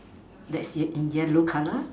that's yellow colour